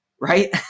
right